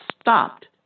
stopped